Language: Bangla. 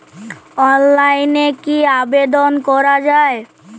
অনলাইনে কি আবেদন করা য়ায়?